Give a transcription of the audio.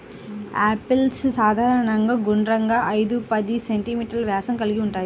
apples సాధారణంగా గుండ్రంగా, ఐదు పది సెం.మీ వ్యాసం కలిగి ఉంటాయి